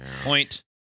Point